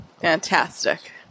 Fantastic